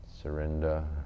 Surrender